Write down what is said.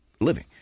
living